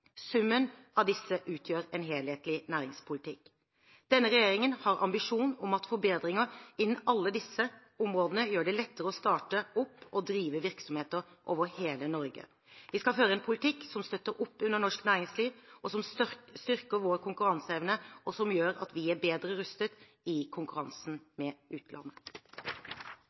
Summen av disse utgjør en helhetlig næringspolitikk. Denne regjeringen har en ambisjon om at forbedringer innen alle disse områdene skal gjøre det lettere å starte opp og drive virksomheter over hele Norge. Vi skal føre en politikk som støtter opp under norsk næringsliv, som styrker vår konkurranseevne, og som gjør at vi er bedre rustet i konkurransen med utlandet.